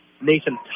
Nathan